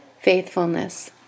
faithfulness